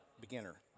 beginner